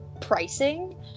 pricing